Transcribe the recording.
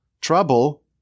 trouble